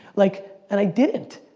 like, and i didn't.